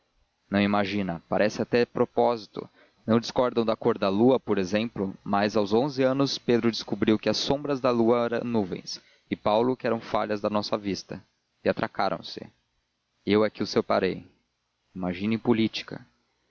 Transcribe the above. não imagina parece até propósito não discordam da cor da lua por exemplo mas aos onze anos pedro descobriu que as sombras da lua eram nuvens e paulo que eram falhas da nossa vista e atracaram se eu é que os separei imagine em política